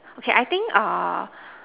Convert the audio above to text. okay I think err